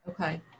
okay